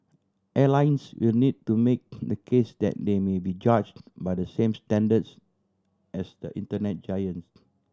airlines will need to make the case that they may be judge by the same standards as the Internet giants